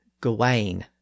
Gawain